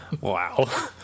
Wow